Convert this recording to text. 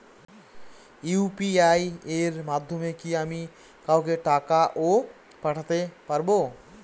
UPI এর মাধ্যমে কি আমি কাউকে টাকা ও পাঠাতে পারবো?